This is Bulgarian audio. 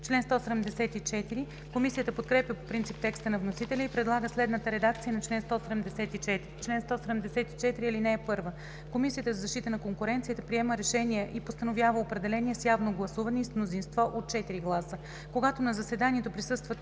Комисията подкрепя по принцип текста на вносителя и предлага следната редакция на чл. 174: „Чл. 174. (1) Комисията за защита на конкуренцията приема решения и постановява определения с явно гласуване и с мнозинство от 4 гласа. Когато на заседанието присъстват